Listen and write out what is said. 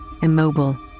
Immobile